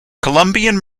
colombian